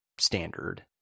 standard